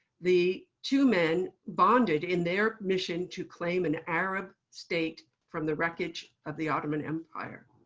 the two men bonded in their mission to claim an arab state from the wreckage of the ottoman empire.